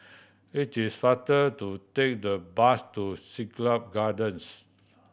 it is faster to take the bus to Siglap Gardens